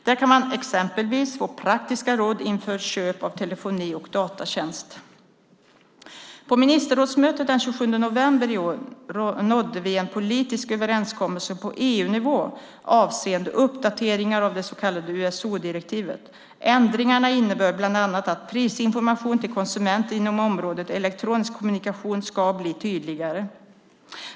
Där kan man exempelvis få praktiska råd inför köp av telefoni och datatjänster. På ministerrådsmötet den 27 november i år nådde vi en politisk överenskommelse på EU-nivå avseende uppdateringar av det så kallade USO-direktivet. Ändringarna innebär bland annat att prisinformation till konsumenter inom området elektronisk kommunikation ska bli tydligare.